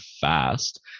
fast